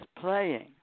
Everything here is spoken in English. playing